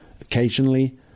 Occasionally